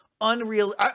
unreal